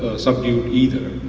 ah subdue either.